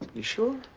you sure?